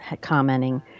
commenting